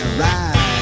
ride